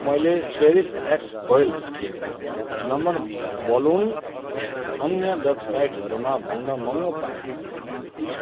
मैले चेरिस x foil number balloon अन्य वेबसाइटहरूमा भन्दा महँगो पाएँ